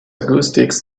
acoustics